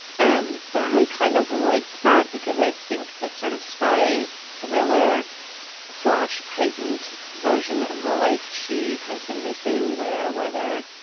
and but i kind of liked that because i think this sort of spy thriller slash heightened version of the life she has been missing, where whether,